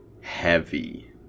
heavy